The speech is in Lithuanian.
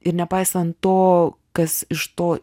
ir nepaisant to kas iš to